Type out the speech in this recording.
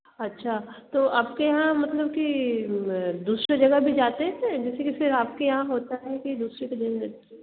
अच्छा तो आपके यहाँ मतलब की दूसरी जगह भी जाते हैं जैसे कि फिर आपके यहाँ होता है कि दूसरी